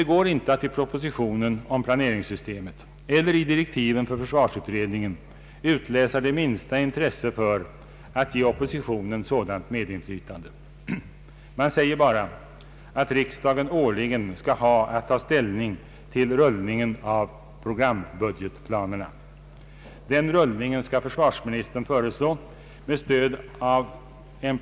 Jag hoppas att så också kommer att ske. Än en gång ber jag att få tacka statsrådet för svaret.